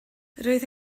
roedd